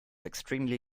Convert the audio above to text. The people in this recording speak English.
extremely